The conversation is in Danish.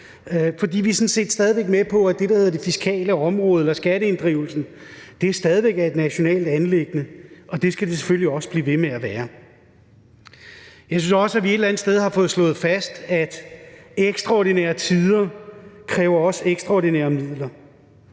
med på, at det, der hedder det fiskale område eller skatteinddrivelsen, stadig væk er et nationalt anliggende, og det skal det selvfølgelig også blive ved med at være. Jeg synes også, at vi et andet sted har fået slået fast, at ekstraordinære tider også kræver ekstraordinære midler,